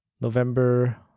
november